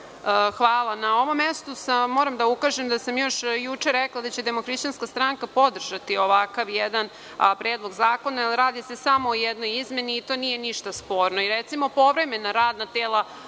ovome. Na ovom mestu moram da ukažem da sam još juče rekla da će DHSS podržati ovakav jedan predlog zakona, a radi se samo o jednoj izmeni i to nije ništa sporno.